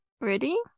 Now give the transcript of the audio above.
Ready